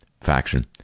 faction